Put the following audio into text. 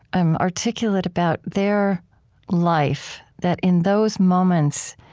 um articulate about their life, that in those moments,